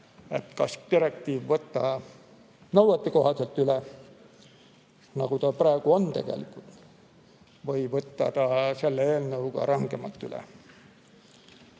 kas direktiiv võtta nõuetekohaselt üle, nagu ta praegu on, või võtta ta selle eelnõuga rangemalt üle.